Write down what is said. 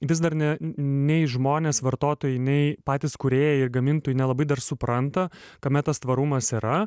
vis dar ne nei žmonės vartotojai nei patys kūrėjai gamintojai nelabai dar supranta kame tas tvarumas yra